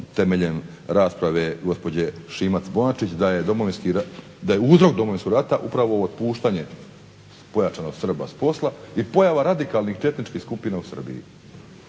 temeljem rasprave gospođe Šimac-Bonačić da je uzrok Domovinskog rata upravo otpuštanje pojačano Srba s posla i pojava radikalnih četničkih skupina u Srbiji.